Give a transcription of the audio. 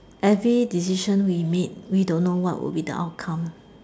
every decision we make we don't know what would be the outcome